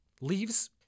Leaves